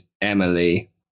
Emily